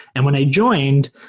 and when i joined,